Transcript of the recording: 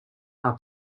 are